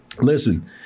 Listen